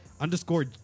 Underscore